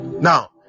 Now